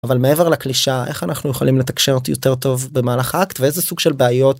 אבל מעבר לקלישאה איך אנחנו יכולים לתקשר יותר טוב במהלך האקט ואיזה סוג של בעיות.